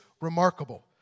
remarkable